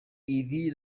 ibi